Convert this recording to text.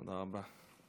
תודה רבה.